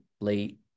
late